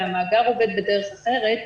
והמעבר הזה בדרך אחרת,